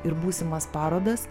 ir būsimas parodas